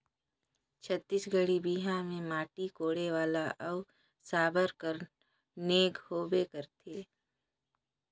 छत्तीसगढ़ी बिहा मे माटी कोड़े वाला अउ साबर कर नेग होबे करथे